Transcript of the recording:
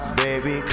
baby